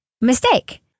mistake